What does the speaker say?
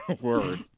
Word